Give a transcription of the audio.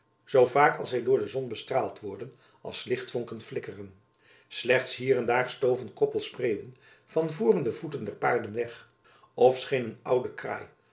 zoo vaak zy door de zon bestraald worden als lichtvonken flikkeren slechts jacob van lennep elizabeth musch hier en daar stoven koppels spreeuwen van voor de voeten der paarden weg of scheen een oude kraai